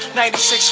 96